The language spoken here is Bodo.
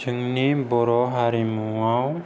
जोंनि बर' हारिमुवाव